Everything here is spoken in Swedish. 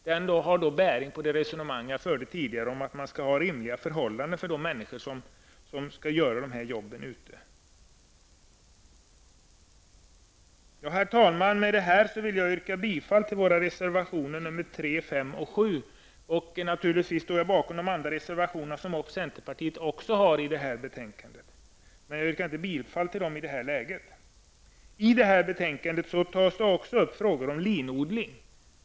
Den har bäring på det resonemang som jag förde tidigare om att man skall ha rimliga förhållanden för de människor som skall utföra dessa jobb. Med detta, herr talman, yrkar jag bifall till våra reservationer 3, 5 och 7. Naturligtvis står jag bakom även övriga reservationer som centerpartiet har fogat till detta betänkande, men jag yrkar inte bifall till dem i detta läge. I detta betänkande tar man även upp frågan om linodling.